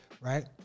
right